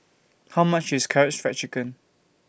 How much IS Karaage Fried Chicken